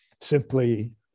simply